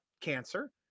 cancer